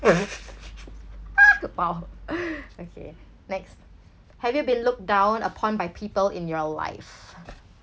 !wow! okay next have you been looked down upon by people in your life